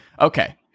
okay